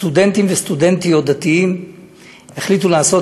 סטודנטים וסטודנטיות דתיים החליטו לעשות